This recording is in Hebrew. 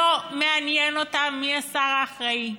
לא מעניין אותם מי השר האחראי,